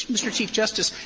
mr. chief justice,